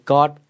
God